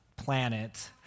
planet